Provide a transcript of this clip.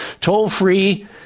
Toll-free